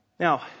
Now